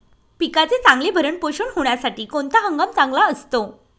पिकाचे चांगले भरण पोषण होण्यासाठी कोणता हंगाम चांगला असतो?